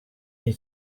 iyi